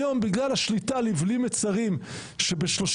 היום בגלל השליטה לבלי מצרים ב-35